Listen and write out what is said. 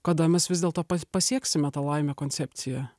kada mes vis dėlto pas pasieksime tą laimę koncepciją